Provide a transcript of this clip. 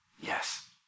Yes